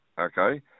okay